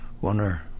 Wonder